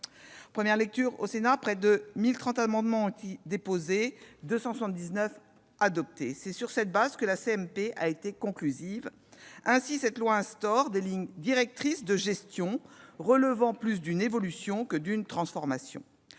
première lecture au Sénat, près de 1 030 amendements ont été déposés et 279 adoptés. C'est sur cette base que la CMP a été conclusive. Ainsi, cette loi instaure des « lignes directrices de gestion », relevant plus d'une « évolution » que d'une transformation.